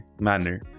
manner